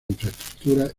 infraestructuras